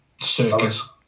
circus